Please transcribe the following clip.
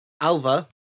Alva